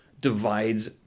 divides